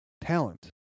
talent